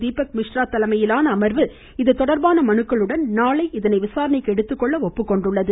தீபக் மிஸ்ரா தலைமையிலான அமர்வு இதுதொடர்பான மனுக்களுடன் நாளை இதனை விசாரணைக்கு எடுத்துக்கொள்ள ஒப்புக்கொண்டுள்ளது